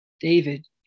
David